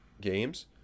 games